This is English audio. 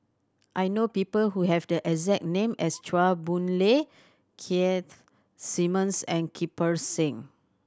I know people who have the exact name as Chua Boon Lay Keith Simmons and Kirpal Singh